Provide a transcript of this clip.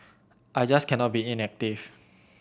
I just cannot be inactive